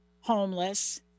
homeless